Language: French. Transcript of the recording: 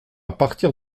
partir